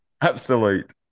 Absolute